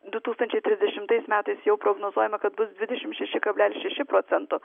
du tūkstančiai trisdešimtais metais jau prognozuojama kad bus dvidešim šeši kablelis šeši procento